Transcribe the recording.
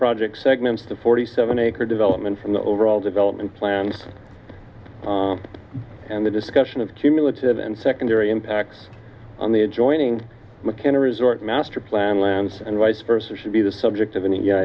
project segments the forty seven acre developments and the overall development plans and the discussion of cumulative and secondary impacts on the adjoining mckenna resort master plan lands and vice versa should be the subject of any